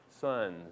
Sons